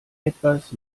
etwas